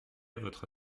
votre